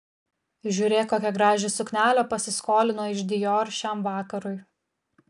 žiūrėk kokią gražią suknelę pasiskolino iš dior šiam vakarui